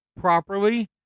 properly